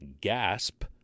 gasp